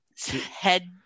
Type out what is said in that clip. head